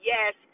Yes